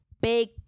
big